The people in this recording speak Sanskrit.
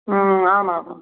आमामां